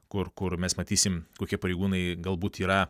kur kur mes matysim kokie pareigūnai galbūt yra